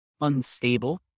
unstable